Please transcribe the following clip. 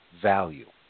value